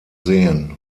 sehen